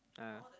ah